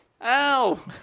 Ow